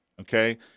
okay